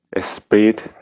speed